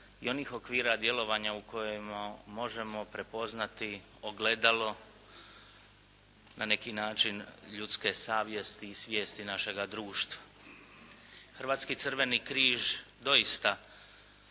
i onih okvira djelovanja u kojima možemo prepoznati ogledalo na neki način ljudske savjesti i svijesti našega društva. Hrvatski crveni križ doista